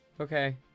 Okay